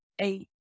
eight